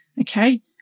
Okay